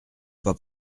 pas